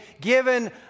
given